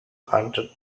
hundred